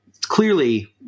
clearly